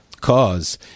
cause